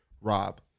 Rob